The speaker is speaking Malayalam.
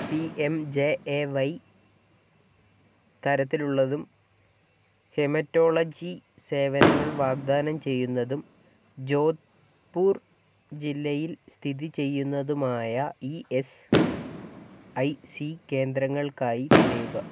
P M J A Y തരത്തിലുള്ളതും ഹെമറ്റോളജി സേവനങ്ങൾ വാഗ്ദാനം ചെയ്യുന്നതും ജോധ്പൂർ ജില്ലയിൽ സ്ഥിതി ചെയ്യുന്നതുമായ ഇ എസ് ഐ സി കേന്ദ്രങ്ങൾക്കായി തിരയുക